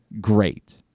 great